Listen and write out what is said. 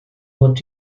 fod